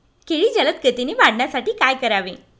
केळी जलदगतीने वाढण्यासाठी काय करावे?